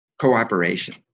Cooperation